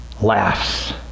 laughs